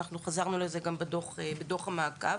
וחזרנו לזה גם בדו"ח המעקב.